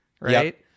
Right